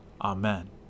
Amen